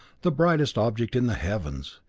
the brightest object in the heavens.